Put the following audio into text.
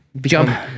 jump